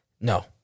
No